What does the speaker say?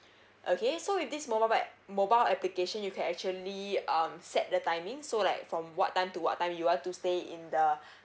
okay so in this mobile app mobile application you can actually um set the timing so like from what time to what time you want to stay in the